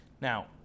Now